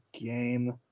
game